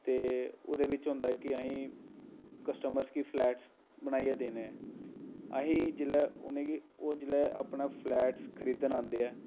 ते ओह्दे बिच होंदा ऐ कि असें गी कस्टमर गी फ्लैट बनाइयै देने असें गी जेल्लै उ'नें गी ओह् जेल्लै अपना फ्लैट खरीदना औंदे ऐ